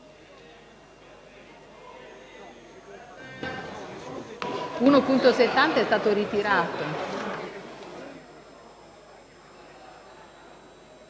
1.680 è stato ritirato.